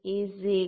60 3